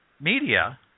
media